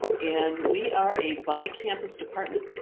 and we are a bi-campus department,